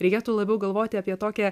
reikėtų labiau galvoti apie tokią